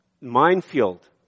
minefield